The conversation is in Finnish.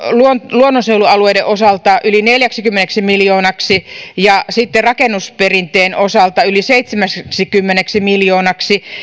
luonnonsuojelualueiden osalta yli neljäksikymmeneksi miljoonaksi ja sitten rakennusperinteen osalta yli seitsemäksikymmeneksi miljoonaksi